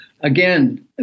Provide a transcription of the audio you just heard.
again